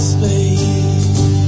Space